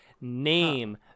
Name